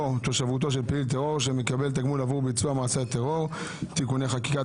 תושבותו של פעיל טרור שמקבל תגמול עבור ביצוע מעשה טרור (תיקוני חקיקה),